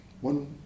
One